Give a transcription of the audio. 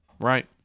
right